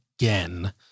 again